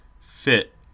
fit